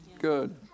good